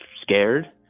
Scared